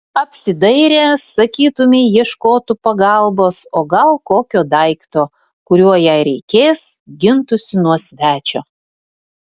apsidairė sakytumei ieškotų pagalbos o gal kokio daikto kuriuo jei reikės gintųsi nuo svečio